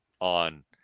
on